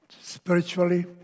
Spiritually